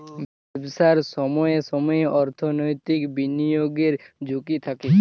ব্যবসায় সময়ে সময়ে অর্থনৈতিক বিনিয়োগের ঝুঁকি থাকে